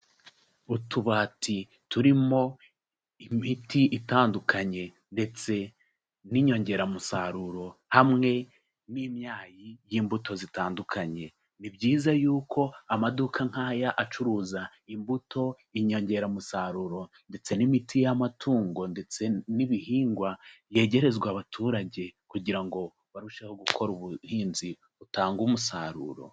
Utubati turimo imiti itandukanye ndetse n'inyongeramusaruro hamwe n'imyayi y'imbuto zitandukanye, ni byiza yuko amaduka nk'aya acuruza imbuto, inyongeramusaruro, ndetse n'imiti y'amatungo ndetse n'ibihingwa, yegerezwa abaturage kugira ngo barusheho gukora ubuhinzi butanga umusaruro.